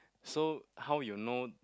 so how you know